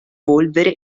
polvere